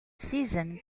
season